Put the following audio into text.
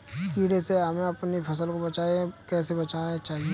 कीड़े से हमें अपनी फसल को कैसे बचाना चाहिए?